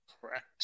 Correct